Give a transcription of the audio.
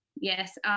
Yes